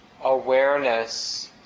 awareness